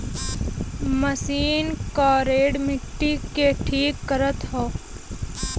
machine करेड़ मट्टी के ठीक करत हौ